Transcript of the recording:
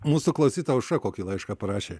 mūsų klausytoja aušra kokį laišką parašė